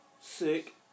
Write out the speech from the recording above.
sick